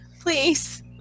Please